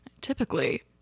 typically